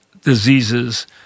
diseases